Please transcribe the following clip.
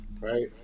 Right